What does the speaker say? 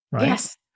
Yes